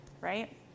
right